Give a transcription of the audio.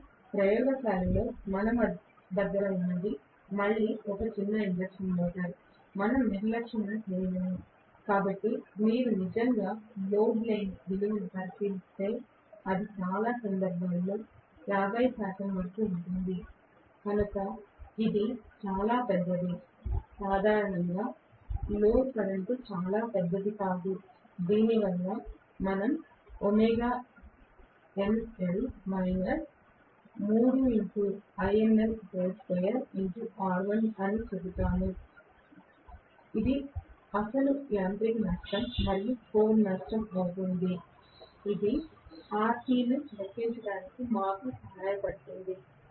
కానీ ప్రయోగశాలలో మన దగ్గర ఉన్నది మళ్ళీ ఒక చిన్న ఇండక్షన్ మోటారు మనం నిర్లక్ష్యంగా చేయలేము కాబట్టి మీరు నిజంగా లోడ్ లేని విలువను పరిశీలిస్తే అది చాలా సందర్భాల్లో 50 శాతం వరకు ఉంటుంది కనుక ఇది చాలా పెద్దది సాధారణంగా లోడ్ కరెంట్ చాలా పెద్దది కాదు దీనివల్ల మనం అని చెబుతాము ఇది అసలు యాంత్రిక నష్టం మరియు కోర్ నష్టం అవుతుంది ఇది RC ను లెక్కించడానికి మాకు సహాయపడుతుంది